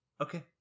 okay